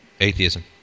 atheism